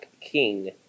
king